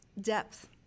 depth